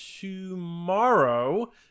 tomorrow